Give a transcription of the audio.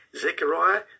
Zechariah